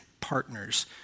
partners